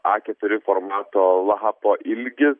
a keturi formato lapo ilgis